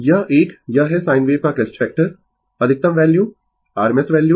Refer Slide Time 0656 यह एक यह है साइन वेव का क्रेस्ट फैक्टर अधिकतम वैल्यू RMS वैल्यू